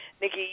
Nikki